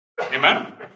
Amen